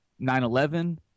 9-11